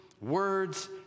words